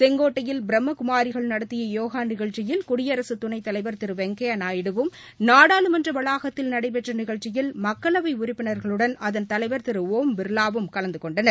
செங்கோட்டையில் நடத்தியயோகாநிகழ்ச்சியில் குடியரசுதுணைத்தலைவர் திருவெங்கையாநாயுடுவும் நாடாளுமன்றவளாகத்தில் நடைபெற்றநிகழ்ச்சியில் மக்களவைஉறப்பினர்களுடன் அதன் தலைவர் திருஷம் பிர்லாவும் கலந்துகொண்டனர்